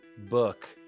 book